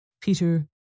Peter